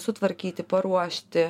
sutvarkyti paruošti